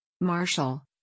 Marshall